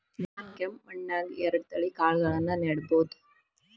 ನಾನ್ ಕೆಂಪ್ ಮಣ್ಣನ್ಯಾಗ್ ಎರಡ್ ತಳಿ ಕಾಳ್ಗಳನ್ನು ನೆಡಬೋದ?